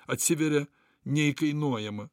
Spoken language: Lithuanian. atsiveria neįkainuojama